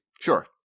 Sure